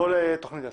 לא תוכנית עסק.